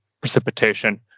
precipitation